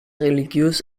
religiös